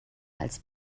als